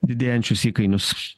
didėjančius įkainius